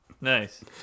Nice